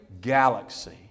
galaxy